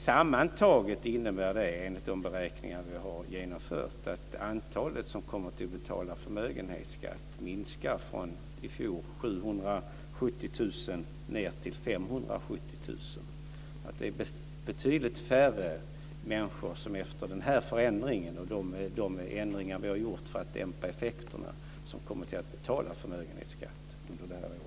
Sammantaget innebär det enligt de beräkningar vi har genomfört att antalet som kommer att betala förmögenhetsskatt minskar från i fjol 770 000 till 570 000. Det är betydligt färre människor som efter denna förändring och de ändringar vi har gjort för att dämpa effekterna kommer att betala förmögenhetsskatt under detta år.